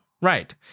Right